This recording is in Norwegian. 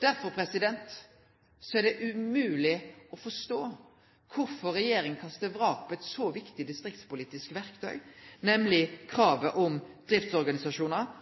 Derfor er det umogleg å forstå kvifor regjeringa kastar vrak på eit så viktig distriktspolitisk verktøy, nemleg kravet om driftsorganisasjonar